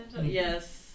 Yes